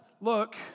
look